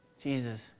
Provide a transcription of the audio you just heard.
jesus